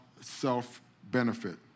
self-benefit